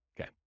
okay